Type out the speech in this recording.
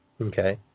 Okay